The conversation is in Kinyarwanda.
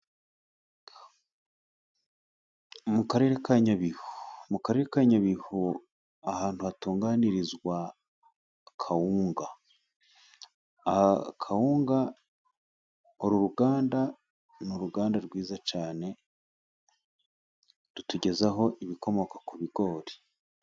Mu karere ka Nyabihu, mu Karere ka Nyabihu ahantu hatunganirizwa akawunga, kawunga uru ruganda ni uruganda rwiza cyane, rutugezaho ibikomoka ku bigori.